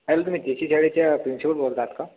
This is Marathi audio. हॅलो तुम्ही जे सी शाळेच्या प्रिन्सिपल बोलता आहात का